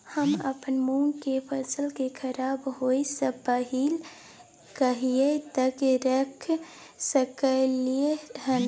हम अपन मूंग के फसल के खराब होय स पहिले कहिया तक रख सकलिए हन?